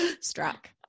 struck